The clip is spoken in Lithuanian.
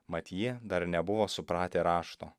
mat jie dar nebuvo supratę rašto